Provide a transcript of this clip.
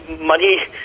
money